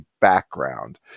background